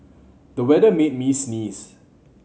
the weather made me sneeze